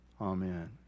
Amen